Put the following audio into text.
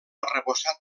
arrebossat